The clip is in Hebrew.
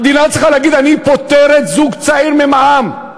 המדינה צריכה להגיד: אני פוטרת זוג צעיר ממע"מ,